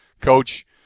coach